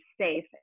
safe